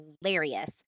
hilarious